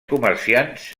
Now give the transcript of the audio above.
comerciants